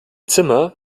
zimmer